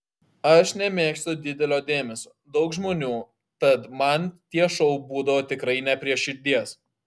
aš nemėgstu didelio dėmesio daug žmonių tad man tie šou būdavo tikrai ne prie širdies